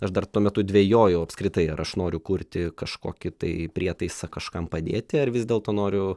aš dar tuo metu dvejojau apskritai ar aš noriu kurti kažkokį tai prietaisą kažkam padėti ar vis dėlto noriu